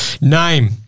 Name